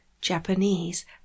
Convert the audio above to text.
Japanese